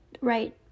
right